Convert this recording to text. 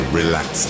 relax